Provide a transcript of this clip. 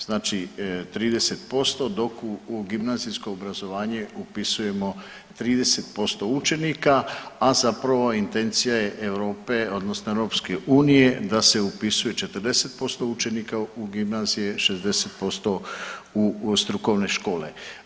Znači 30% dok u gimnazijsko obrazovanje upisujemo 30% učenika, a zapravo intencija je Europe, odnosno EU da se upisuje 40% učenika u gimnazije, 60% u strukovne škole.